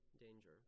danger